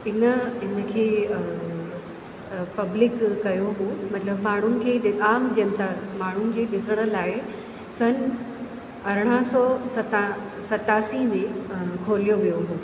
इन इन खे पब्लिक कयो हुओ मतिलबु माण्हुनि खे आम जनता माण्हुनि जे ॾिसण लाइ सन अरिड़हं सौ सता सतासी में खोलियो वियो हुओ